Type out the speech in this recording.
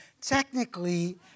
technically